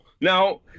now